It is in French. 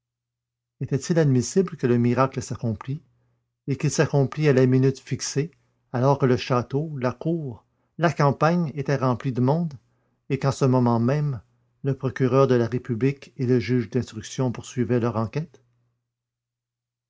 était-il admissible que le miracle s'accomplît et qu'il s'accomplît à la minute fixée alors que le château la cour la campagne étaient remplis de monde et qu'en ce moment même le procureur de la république et le juge d'instruction poursuivaient leur enquête